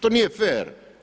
To nije fer.